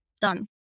done